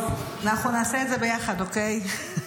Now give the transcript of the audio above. אנחנו נעשה את זה ביחד, אוקיי?